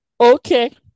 okay